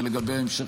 ולגבי ההמשך,